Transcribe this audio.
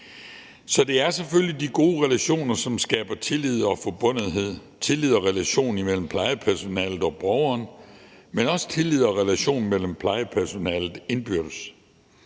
Så det er selvfølgelig de gode relationer, som skaber tillid og forbundethed, tillid og relation imellem plejepersonalet og borgeren, men også tillid og relation mellem plejepersonalet indbyrdes.